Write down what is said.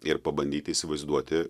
ir pabandyti įsivaizduoti